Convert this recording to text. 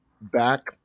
back –